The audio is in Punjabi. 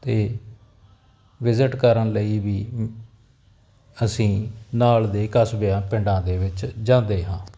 ਤੇ ਵਿਜਿਟ ਕਰਨ ਲਈ ਵੀ ਅਸੀਂ ਨਾਲ ਦੇ ਕਸਬਿਆਂ ਪਿੰਡਾਂ ਦੇ ਵਿੱਚ ਜਾਂਦੇ ਹਾਂ